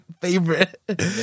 favorite